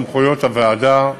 סמכויות הוועדה,